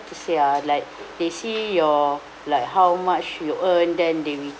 to said ah like they see your like how much you earn then they will